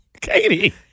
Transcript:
Katie